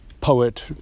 poet